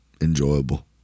enjoyable